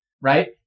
Right